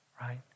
right